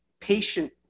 Patient